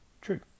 true